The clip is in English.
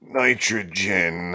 nitrogen